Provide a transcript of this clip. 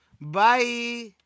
Bye